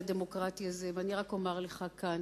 הפרלמנטרי הדמוקרטי הזה, ואני רק אומר לך כאן: